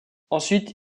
ensuite